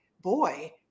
boy